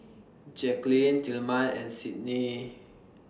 Jaquelin Tilman and Sydni